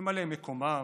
ממלאי מקומם,